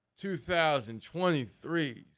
2023's